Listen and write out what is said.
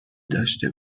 داشته